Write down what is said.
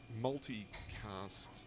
multi-cast